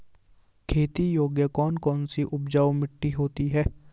खेती योग्य कौन कौन सी उपजाऊ मिट्टी होती है?